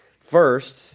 First